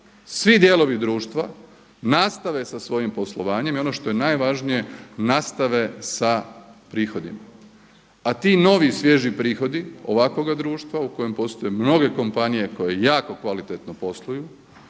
svi dijelovi društva nastave sa svojim poslovanjem i ono što je najvažnije nastave sa prihodima. A ti novi svježi prihodi ovakvoga društva u kojem postoje mnoge kompanije koje jako kvalitetno posluju